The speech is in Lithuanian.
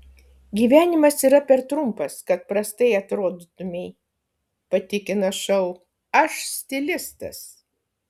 gyvenimas yra per trumpas kad prastai atrodytumei patikina šou aš stilistas